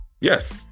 Yes